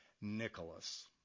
Nicholas